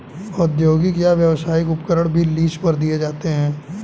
औद्योगिक या व्यावसायिक उपकरण भी लीज पर दिए जाते है